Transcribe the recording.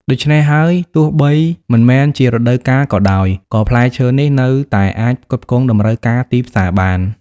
ដូច្នេះហើយ ទោះបីមិនមែនជារដូវកាលក៏ដោយ ក៏ផ្លែឈើនេះនៅតែអាចផ្គត់ផ្គង់តម្រូវការទីផ្សារបាន។